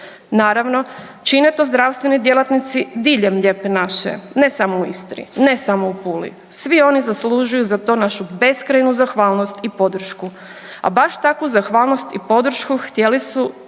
Naravno, čine to zdravstveni djelatnici diljem lijepe naše, ne samo u Istri, ne samo u Puli, svi oni zaslužuju za to našu beskrajnu zahvalnost i podršku. A baš takvu zahvalnost i podršku htjeli su